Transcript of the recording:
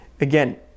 again